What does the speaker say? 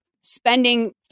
spending